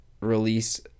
release